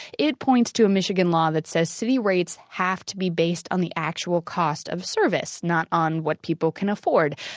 it points to a michigan law that says city rates have to be based on the cost of service not on what people can afford.